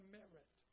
merit